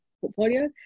portfolio